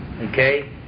Okay